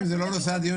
אם זה לא נושא הדיון,